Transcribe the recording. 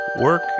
work